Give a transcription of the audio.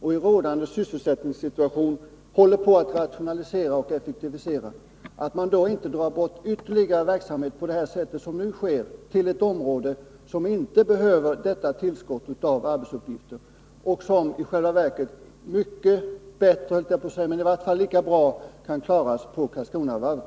I rådande sysselsättningssituation, när man håller på att rationalisera och effektivisera, tycker vi att man inte skall: dra bort ytterligare verksamhet på det sätt som nu sker till ett område som inte behöver detta tillskott av arbetsuppgifter — vilka i själva verket mycket bättre eller i varje fall lika bra kan klaras på Karlskronavarvet.